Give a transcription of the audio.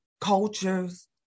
cultures